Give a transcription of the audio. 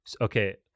okay